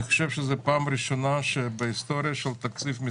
אני חושב שזו הפעם הראשונה בהיסטוריה שהתקציב של